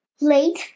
Late